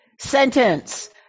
sentence